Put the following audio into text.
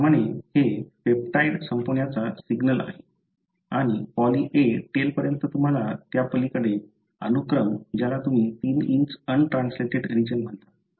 त्याचप्रमाणे हे पेप्टाइड संपवण्याचा सिग्नल आहे आणि पॉली A टेलपर्यंत तुम्हाला त्यापलीकडे अनुक्रम ज्याला तुम्ही 3 अनट्रान्सल्टेड रीजन म्हणता